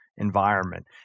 environment